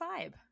vibe